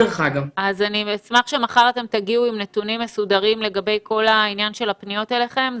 אני אשמח שמחר תגיעו עם נתונים מסודרים לגבי כל העניין של הפניות אליכם.